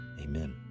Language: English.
amen